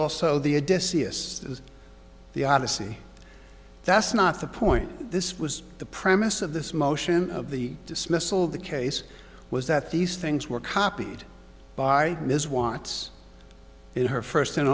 is the odyssey that's not the point this was the premise of this motion of the dismissal of the case was that these things were copied by ms wants it her first and